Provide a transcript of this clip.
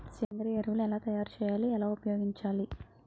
సేంద్రీయ ఎరువులు ఎలా తయారు చేయాలి? ఎలా ఉపయోగించాలీ?